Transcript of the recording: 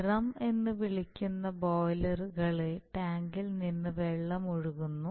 drum എന്ന് വിളിക്കുന്ന ബോയിലറിലെ ടാങ്കിൽ നിന്ന് വെള്ളം ഒഴുകുന്നു